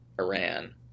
Iran